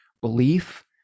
belief